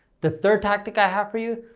the third tactic i have for you,